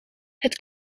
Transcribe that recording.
het